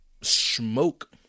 smoke